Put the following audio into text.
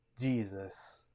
jesus